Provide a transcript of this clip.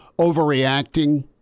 overreacting